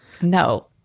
No